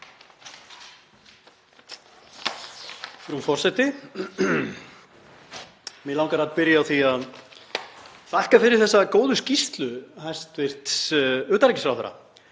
Frú forseti. Mig langar að byrja á því að þakka fyrir þessa góðu skýrslu hæstv. utanríkisráðherra